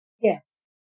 Yes